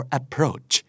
approach